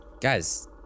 guys